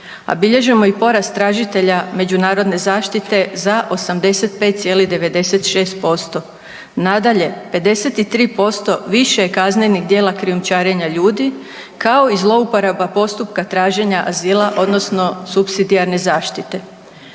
A bilježimo i porast tražitelja međunarodne zaštite za 85,96%. Nadalje, 53% više je kaznenih djela krijumčarenja ljudi, kao i zlouporaba postupka traženja azila odnosno supsidijarne zaštite.